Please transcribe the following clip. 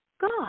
God